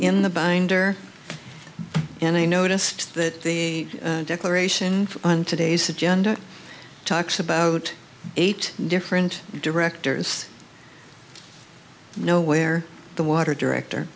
in the binder and i noticed that the declaration on today's agenda talks about eight different directors know where the water director